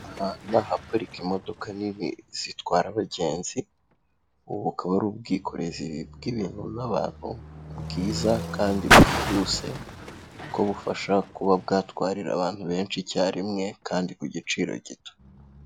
Aha ni ahaparika imodoka nini zitwara abagenzi, ubu bukaba ari ubwikorezi bw'ibintu bw'abantu bwiza kandi bwihuse, kuko bufasha kuba bwatwarira abantu benshi icyarimwe kandi ku giciro gito.